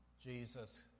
Jesus